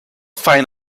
find